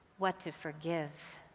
what to forgive,